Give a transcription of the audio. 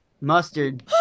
Mustard